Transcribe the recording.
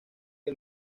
que